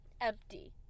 empty